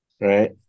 right